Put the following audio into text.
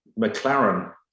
McLaren